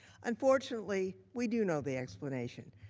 unfortunately, we do know the explanation.